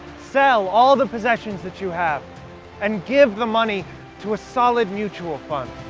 sell all the possessions that you have and give the money to a solid mutual fund.